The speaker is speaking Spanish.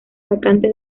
vacante